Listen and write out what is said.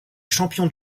champion